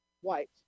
white